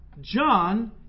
John